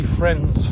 friends